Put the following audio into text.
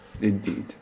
Indeed